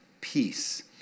Peace